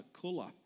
colour